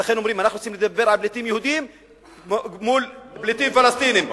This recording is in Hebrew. ולכן אומרים: אנחנו רוצים לדבר על פליטים יהודים מול פליטים פלסטינים.